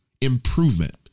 improvement